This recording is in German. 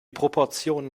proportionen